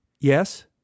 Yes